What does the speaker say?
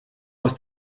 aus